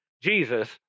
Jesus